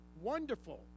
wonderful